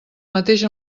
mateix